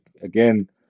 again